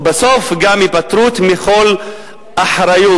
ובסוף גם היפטרות מכל אחריות.